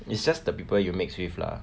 it's just the people you mix with lah